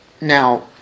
Now